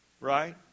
Right